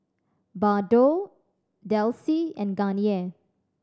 Bardot Delsey and Garnier